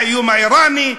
האיום האיראני,